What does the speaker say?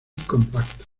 compactos